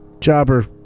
Chopper